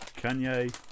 Kanye